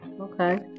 Okay